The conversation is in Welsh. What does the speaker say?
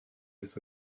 beth